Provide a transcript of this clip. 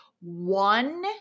One